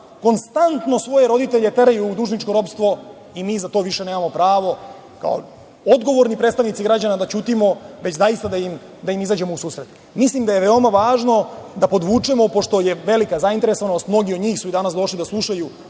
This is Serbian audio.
konstanto svoje roditelje teraju u dužničko ropstvo i mi za to više nemamo pravo kao odgovorni predstavnici građana da ćutimo, već da im zaista izađemo u susret. Mislim da je veoma važno da podvučemo, pošto je velika zainteresovanost, mnogi od njih su danas došli da slušaju